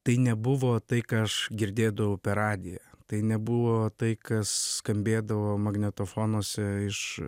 tai nebuvo tai ką aš girdėdavau per radiją tai nebuvo tai kas skambėdavo magnetofonuose iš